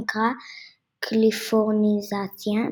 נקרא "קליפורניזציה",